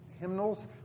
hymnals